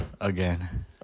Again